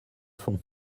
font